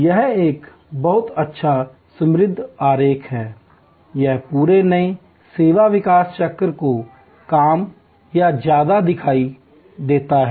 यह एक बहुत अच्छा समृद्ध आरेख है यह पूरे नए सेवा विकास चक्र को कम या ज्यादा दिखाता है